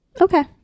Okay